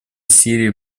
сирии